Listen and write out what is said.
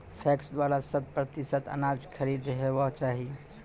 PACS द्वारा शत प्रतिसत अनाज खरीद हेवाक चाही?